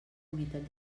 unitat